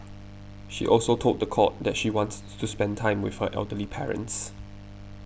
she also told the court that she wants to spend time with her elderly parents